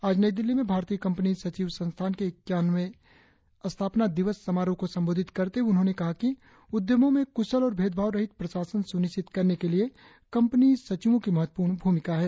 आज नई दिल्ली में भारतीय कंपनी सचिव संस्थान के ईक्यावनवें स्थापना दिवस समारोह को संबोधित करते हुए उन्होंने कहा कि उद्यमों में कुशल और भेदभाव रहित प्रशासन सुनिश्चित करने के लिए कंपनी सचिवों की महत्वपूर्ण भूमिका है